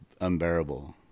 unbearable